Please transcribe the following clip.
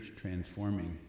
transforming